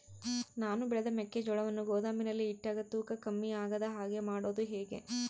ನಾನು ಬೆಳೆದ ಮೆಕ್ಕಿಜೋಳವನ್ನು ಗೋದಾಮಿನಲ್ಲಿ ಇಟ್ಟಾಗ ತೂಕ ಕಮ್ಮಿ ಆಗದ ಹಾಗೆ ಮಾಡೋದು ಹೇಗೆ?